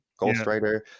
ghostwriter